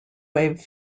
wave